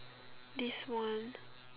this one